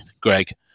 Greg